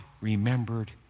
remembered